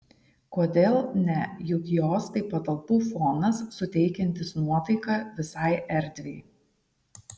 kodėl ne juk jos tai patalpų fonas suteikiantis nuotaiką visai erdvei